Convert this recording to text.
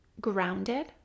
grounded